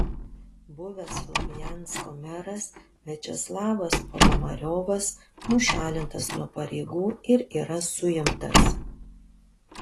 buvęs slovjansko meras viačeslavas ponomariovas nušalintas nuo pareigų ir yra suimtas